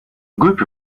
group